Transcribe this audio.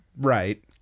right